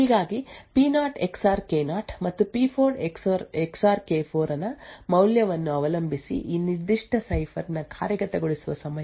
ಹೀಗಾಗಿ ಪಿ0 ಎಕ್ಸಾರ್ ಕೆ0 ಮತ್ತು ಪಿ4 ಎಕ್ಸಾರ್ ಕೆ4 ನ ಮೌಲ್ಯವನ್ನು ಅವಲಂಬಿಸಿ ಈ ನಿರ್ದಿಷ್ಟ ಸೈಫರ್ ನ ಕಾರ್ಯಗತಗೊಳಿಸುವ ಸಮಯವು ಬದಲಾಗುತ್ತದೆ